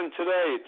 today